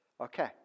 Okay